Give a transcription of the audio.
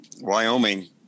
Wyoming